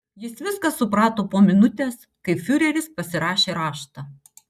jis viską suprato po minutės kai fiureris pasirašė raštą